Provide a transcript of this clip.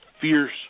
fierce